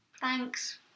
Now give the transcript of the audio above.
Thanks